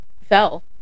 fell